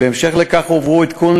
בהמשך הועבר עדכון,